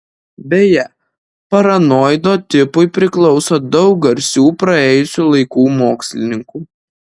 beje paranoido tipui priklauso daug garsių praėjusių laikų mokslininkų